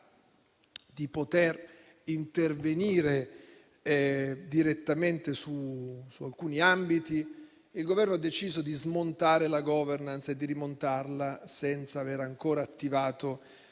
di poter intervenire direttamente su alcuni ambiti, il Governo ha deciso di smontarne la *governance* e di rimontarla senza aver ancora attivato